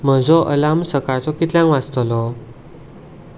म्हजो अलार्म सकाळचो कितल्यांग वाजतलो